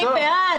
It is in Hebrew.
אני בעד.